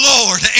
Lord